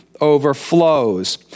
overflows